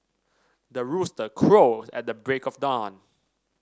the rooster crows at the break of dawn